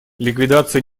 ликвидация